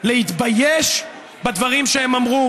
להתבייש בדברים שהם אמרו.